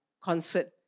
concert